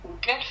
good